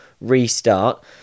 restart